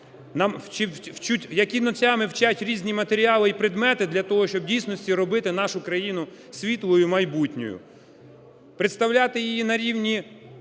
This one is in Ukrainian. і дітей, які ночами вчать різні матеріали і предмети для того, щоб в дійсності робити нашу країну світлою і майбутньою, представляти її на рівні,